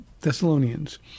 Thessalonians